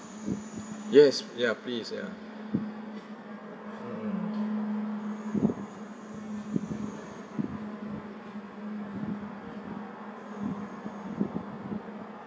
yes ya please ya mm mm